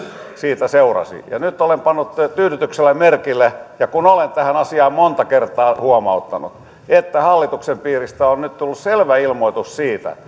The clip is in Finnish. siitä seurasi nyt olen pannut tyydytyksellä merkille kun olen tästä asiasta monta kertaa huomauttanut että hallituksen piiristä on nyt tullut selvä ilmoitus siitä